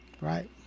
Right